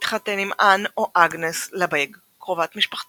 התחתן עם אן או אגנס לבג, קרובת משפחה